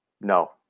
No